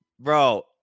Bro